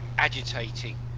agitating